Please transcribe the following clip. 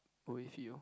with you